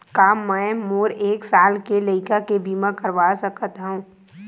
का मै मोर एक साल के लइका के बीमा करवा सकत हव?